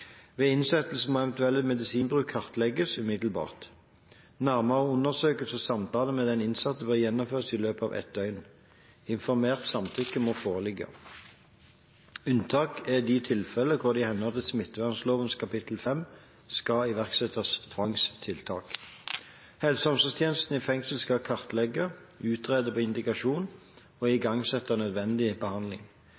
Ved innsettelse må eventuell medisinbruk kartlegges umiddelbart. Nærmere undersøkelse og samtale med den innsatte bør gjennomføres i løpet av et døgn. Informert samtykke må foreligge. Unntak er de tilfeller hvor det i henhold til smittevernloven kapittel 5 skal iverksettes tvangstiltak. Helse- og omsorgstjenesten i fengselet skal kartlegge, utrede på indikasjon og